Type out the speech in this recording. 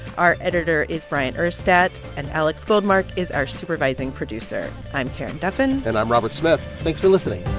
our editor is bryant urstadt, and alex goldmark is our supervising producer. i'm karen duffin and i'm robert smith. thanks for listening